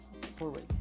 forward